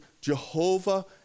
Jehovah